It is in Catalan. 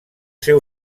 seu